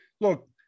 Look